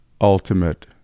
ultimate